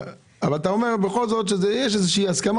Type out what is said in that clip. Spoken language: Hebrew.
אתה אומר בכל זאת שיש איזושהי הסכמה